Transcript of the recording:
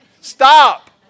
Stop